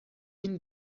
این